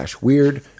weird